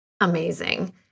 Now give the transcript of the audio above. Amazing